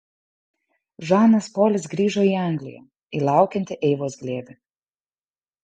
žanas polis grįžo į angliją į laukiantį eivos glėbį